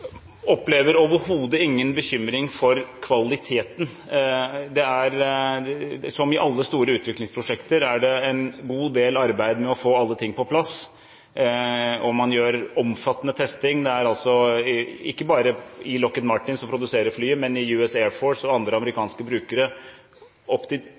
opplever overhodet ingen bekymring for kvaliteten. Som i alle store utviklingsprosjekter er det en god del arbeid med å få alle ting på plass, og man gjør omfattende testing. Det er altså ikke bare i Lockheed Martin, som produserer flyet, men i U.S. Air Force – og andre amerikanske brukere – opp til